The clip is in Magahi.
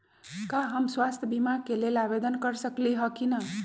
का हम स्वास्थ्य बीमा के लेल आवेदन कर सकली ह की न?